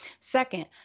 Second